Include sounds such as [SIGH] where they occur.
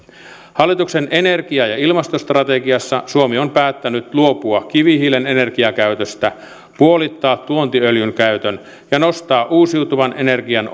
hallituksen energia ja ilmastostrategiassa suomi on päättänyt luopua kivihiilen energiakäytöstä puolittaa tuontiöljyn käytön ja nostaa uusiutuvan energian [UNINTELLIGIBLE]